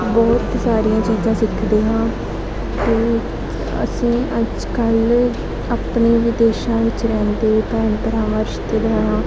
ਬਹੁਤ ਸਾਰੀਆਂ ਚੀਜ਼ਾਂ ਸਿੱਖਦੇ ਹਾਂ ਅਤੇ ਅਸੀਂ ਅੱਜ ਕੱਲ੍ਹ ਆਪਣੇ ਵਿਦੇਸ਼ਾਂ ਵਿੱਚ ਰਹਿੰਦੇ ਭੈਣ ਭਰਾਵਾਂ ਰਿਸ਼ਤੇਦਾਰਾਂ